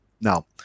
now